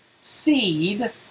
seed